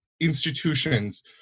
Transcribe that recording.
institutions